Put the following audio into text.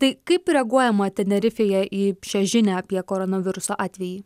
tai kaip reaguojama tenerifėje į šią žinią apie koronaviruso atvejį